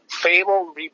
Fable